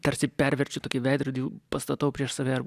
tarsi perverčiu tokį veidrodį pastatau prieš save